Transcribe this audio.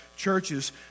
Churches